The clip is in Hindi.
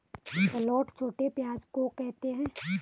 शैलोट छोटे प्याज़ को कहते है